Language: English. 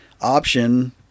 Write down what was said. option